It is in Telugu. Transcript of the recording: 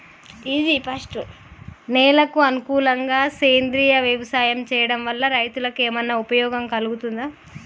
నేలకు అనుకూలంగా సేంద్రీయ వ్యవసాయం చేయడం వల్ల రైతులకు ఏమన్నా ఉపయోగం కలుగుతదా?